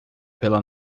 pela